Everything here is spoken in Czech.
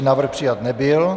Návrh přijat nebyl.